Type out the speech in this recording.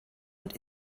und